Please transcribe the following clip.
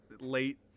late